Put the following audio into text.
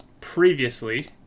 previously